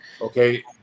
Okay